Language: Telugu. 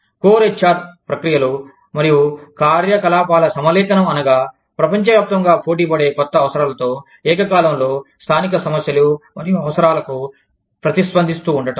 కోర్ హెచ్ఆర్ ప్రక్రియలు మరియు కార్యకలాపాల సమలేఖనం అనగా ప్రపంచవ్యాప్తంగా పోటీ పడే కొత్త అవసరాలతో ఏకకాలంలో స్థానిక సమస్యలు మరియు అవసరాలకు ప్రతిస్పందిస్తూ ఉండటం